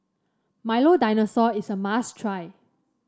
Milo Dinosaur is a must try